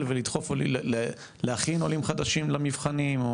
ולדחוף ולהכין עולים חדשים למבחנים,